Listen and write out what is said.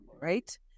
right